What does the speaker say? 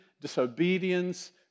disobedience